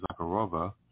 Zakharova